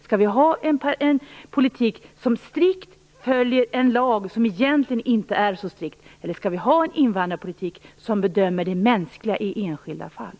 Skall vi ha en politik som strikt följer en lag som egentligen inte är så strikt, eller skall vi ha en invandrarpolitik som bedömer det mänskliga i enskilda fall?